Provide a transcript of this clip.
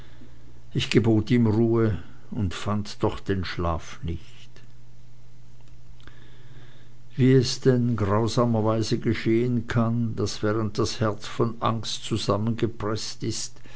ich gebot ihm ruhe und fand doch den schlaf nicht wie es denn grausamerweise geschehen kann daß während das herz von angst zusammengepreßt ist